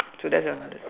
so that's another